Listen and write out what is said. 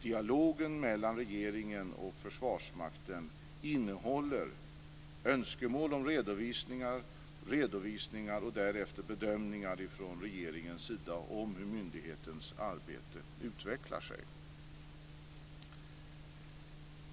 Dialogen mellan regeringen och Försvarsmakten innehåller också önskemål om redovisningar, redovisningar och därefter bedömningar från regeringens sida om hur myndighetens arbete utvecklar sig.